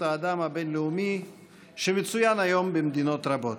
האדם הבין-לאומי שמצוין היום במדינות רבות,